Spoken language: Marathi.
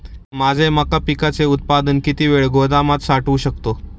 माझे मका पिकाचे उत्पादन किती वेळ गोदामात साठवू शकतो?